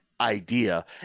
idea